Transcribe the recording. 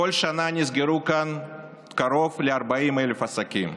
בכל שנה נסגרו כאן קרוב ל-40,000 עסקים.